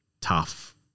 tough